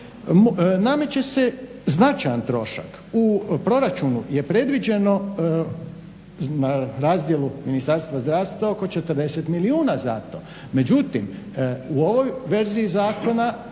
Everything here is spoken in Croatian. Nameće se značajan trošak. U proračunu je predviđeno na razdjelu Ministarstva zdravstva oko 40 milijuna za to, međutim u ovoj verziji zakona